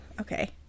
okay